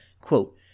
Quote